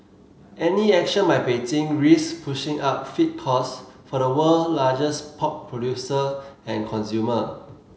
any action by Beijing risks pushing up feed costs for the world largest pork producer and consumer